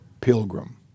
pilgrim